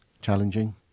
Challenging